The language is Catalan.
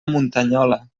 muntanyola